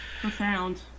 Profound